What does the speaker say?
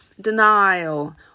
denial